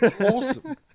Awesome